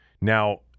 Now